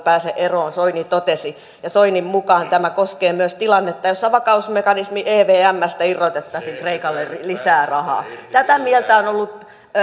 pääse eroon soini totesi ja soinin mukaan tämä koskee myös tilannetta jossa vakausmekanismi evmstä irrotettaisiin kreikalle lisää rahaa tätä mieltä on ollut